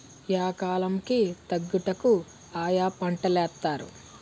yeah కాలం కి తగ్గట్టుగా ఆయా పంటలేత్తారు